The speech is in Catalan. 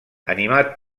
animat